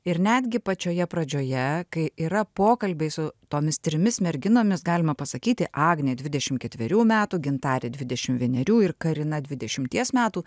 ir netgi pačioje pradžioje kai yra pokalbiai su tomis trimis merginomis galima pasakyti agnė dvidešimt ketverių metų gintarė dvidešimt vienerių ir karina dvidešimties metų